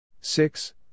Six